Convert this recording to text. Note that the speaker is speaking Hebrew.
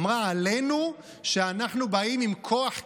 אמרה עלינו שאנחנו באים עם כוח,